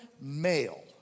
male